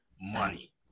money